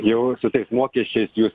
jau su tais mokesčiais jūs